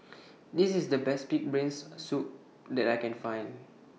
This IS The Best Pig'S Brain Soup that I Can Find